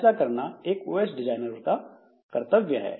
ऐसा करना एक ओएस डिजाइनर का कर्तव्य है